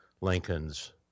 Lincoln's